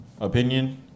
opinion